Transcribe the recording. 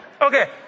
Okay